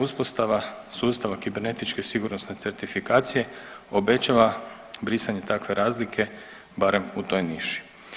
Uspostava sustava kibernetičke sigurnosne certifikacije obećava brisanje takve razlike barem u toj niši.